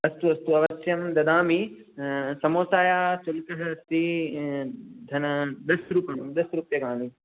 अस्तु अस्तु अवश्यं ददामि समोसायाः शुल्कः अस्ति धनं दश रुपं दश रूप्यकाणि